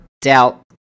doubt